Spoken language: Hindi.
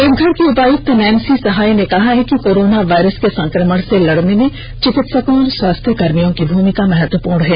देवघर के उपायुक्त नैंसी सहाय ने कहा है कि कोरोना वायरस के संक्रमण से लड़ने में चिकित्सकों और स्वास्थ्य कर्मियों की भूमिका महत्वपूर्ण है